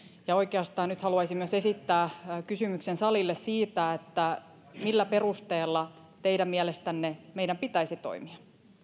oikeastaan nyt haluaisin myös esittää kysymyksen salille siitä millä perusteella teidän mielestänne meidän pitäisi toimia